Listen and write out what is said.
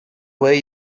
way